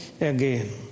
again